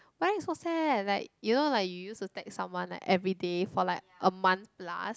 why you so sad like you know like you used to text someone like everyday for like a month plus